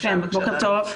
בוקר טוב.